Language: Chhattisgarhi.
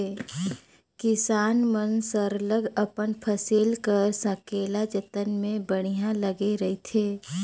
किसान मन सरलग अपन फसिल कर संकेला जतन में बड़िहा लगे रहथें